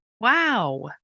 wow